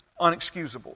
unexcusable